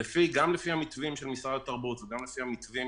גם לפי המתווים של משרד התרבות וגם לפי המתווים